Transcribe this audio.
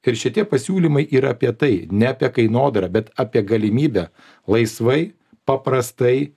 ir šitie pasiūlymai yra apie tai ne apie kainodarą bet apie galimybę laisvai paprastai